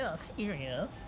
ya serious